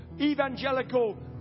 evangelical